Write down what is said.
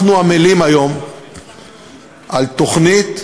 אנחנו עמלים היום על תוכנית,